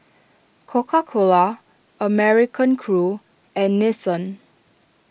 Coca Cola American Crew and Nixon